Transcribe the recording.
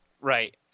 Right